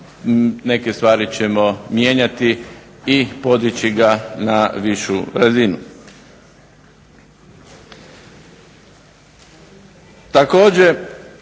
neke stvari ćemo mijenjati i podići ga na višu razinu.